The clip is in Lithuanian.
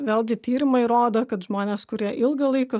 vėlgi tyrimai rodo kad žmonės kurie ilgą laiką